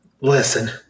Listen